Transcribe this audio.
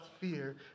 fear